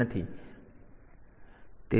તેથી આ ત્યાં નથી